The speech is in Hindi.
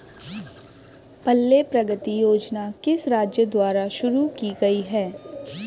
पल्ले प्रगति योजना किस राज्य द्वारा शुरू की गई है?